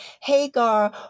Hagar